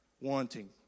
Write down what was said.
wanting